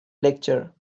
lecture